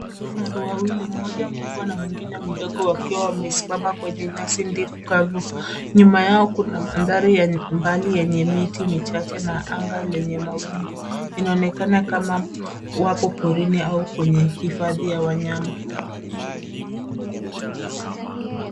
Kifaru wawili mmoja mkubwa na mwingine mdogo wakiwa wamesimama kwenye nyasi ndefu kavu. Nyuma yao kuna mandhari ya mbali yenye miti michache na anga lenye mawingu. Inaonekana kama wapo porini au kwenye hifadhi ya wanyama.